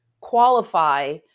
qualify